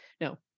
no